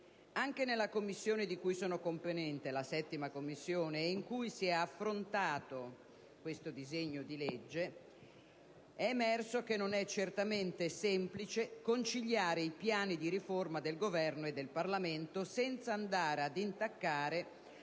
Anche nella Commissione di cui sono componente - la 7a Commissione - e in cui si è affrontato questo disegno di legge, è emerso che non è certamente semplice conciliare i piani di riforma del Governo e del Parlamento senza andare ad intaccare